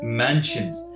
mansions